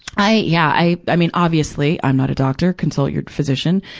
i, yeah. i, i mean, obviously, i'm not a doctor. consult your physician.